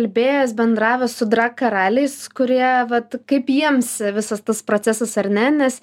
kalbėjęs bendravęs su drag karaliais kurie vat kaip jiems visas tas procesas ar ne nes